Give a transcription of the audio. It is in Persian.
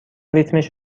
ریتمش